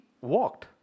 walked